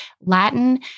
Latin